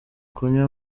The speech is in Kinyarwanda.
kunywa